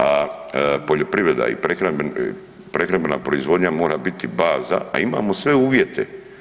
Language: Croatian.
A poljoprivreda i prehrambena proizvodnja mora biti baza, a imamo sve uvjete.